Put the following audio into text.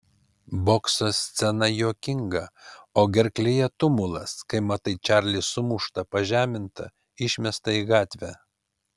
bokso scena juokinga o gerklėje tumulas kai matai čarlį sumuštą pažemintą išmestą į gatvę